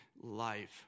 life